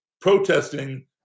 protesting